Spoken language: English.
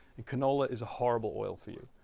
and canola is a horrible oil for you.